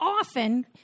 often